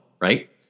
right